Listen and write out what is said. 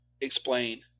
explain